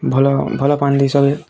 ଭଲ ଭଲ ପାଣି ଦେଇଚାଲେ